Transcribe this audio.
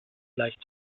leicht